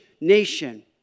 nation